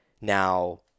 Now